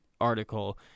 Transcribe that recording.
article